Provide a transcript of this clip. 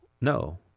No